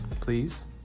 Please